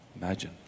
Imagine